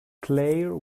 claire